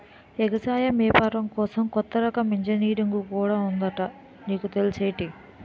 ఎగసాయం ఏపారం కోసం కొత్త రకం ఇంజనీరుంగు కూడా ఉందట నీకు తెల్సేటి?